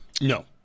No